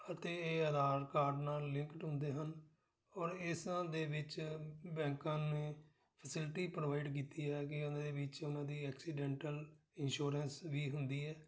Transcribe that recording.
ਅਤੇ ਇਹ ਆਧਾਰ ਕਾਰਡ ਨਾਲ ਲਿੰਕਡ ਹੁੰਦੇ ਹਨ ਔਰ ਇਸ ਤਰ੍ਹਾਂ ਦੇ ਵਿੱਚ ਬੈਂਕਾਂ ਨੇ ਫਸਿਲਟੀ ਪ੍ਰੋਵਾਈਡ ਕੀਤੀ ਹੈ ਕਿ ਉਹਦੇ ਵਿੱਚ ਉਹਨਾਂ ਦੀ ਐਕਸੀਡੈਂਟਲ ਇਸ਼ੋਰੈਂਸ ਵੀ ਹੁੰਦੀ ਹੈ